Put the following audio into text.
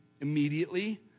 immediately